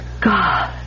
God